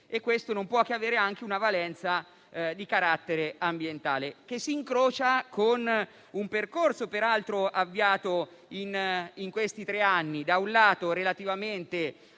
e questo non può che avere anche una valenza di carattere ambientale, che si incrocia con un percorso peraltro avviato in questi tre anni relativamente